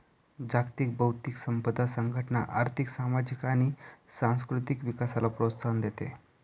जागतिक बौद्धिक संपदा संघटना आर्थिक, सामाजिक आणि सांस्कृतिक विकासाला प्रोत्साहन देते